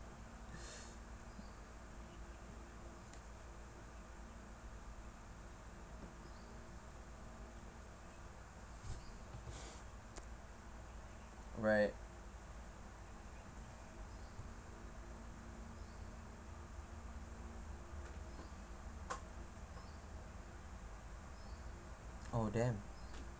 right oh damn